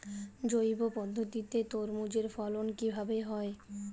জৈব পদ্ধতিতে তরমুজের ফলন কিভাবে হয়?